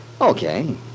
Okay